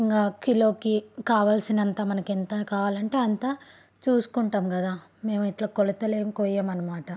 ఇంక కిలోకి కావాల్సినంత మనకి ఎంత కావాలంటే అంత చూసుకుంటాం కదా మేము ఇట్లా కొలతలు ఏం కోయం అన్నమాట